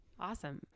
Awesome